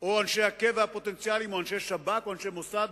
או אנשי הקבע הפוטנציאליים או אנשי שב"כ או אנשי מוסד,